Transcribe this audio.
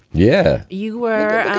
yeah you were